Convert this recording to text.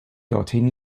dorthin